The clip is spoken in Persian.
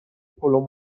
پلو